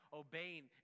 obeying